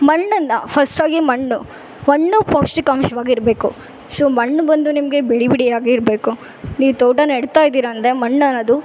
ಮಣ್ಣನ್ನು ಫಸ್ಟಾಗಿ ಮಣ್ಣು ಮಣ್ಣು ಪೌಷ್ಠಿಕಾಂಶವಾಗ್ ಇರಬೇಕು ಸೊ ಮಣ್ಣು ಬಂದು ನಿಮಗೆ ಬಿಡಿ ಬಿಡಿಯಾಗಿ ಇರಬೇಕು ನೀವು ತೋಟ ನೆಡ್ತಯಿದಿರ ಅಂದರೆ ಮಣ್ಣಿನದು